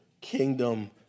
kingdom